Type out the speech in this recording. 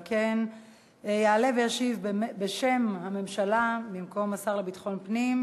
על כן יעלה וישיב בשם הממשלה במקום השר לביטחון פנים,